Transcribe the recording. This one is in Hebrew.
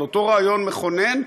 על אותו רעיון מכונן,